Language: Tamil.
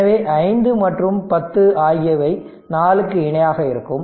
எனவே 5 மற்றும் 10 ஆகியவை 4க்கு இணையாக இருக்கும்